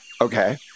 Okay